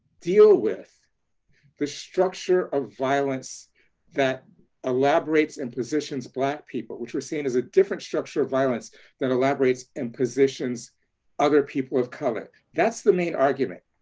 deal with the structure of violence that elaborates and positions black people which was seen as a different structure of violence that elaborates and positions other people of color. that's the main argument.